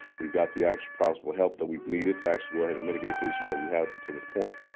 we've got the actual possible help that we've needed to actually go ahead and mitigate the issues that we had up until this point.